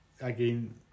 again